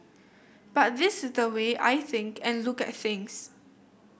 but this is the way I think and look at things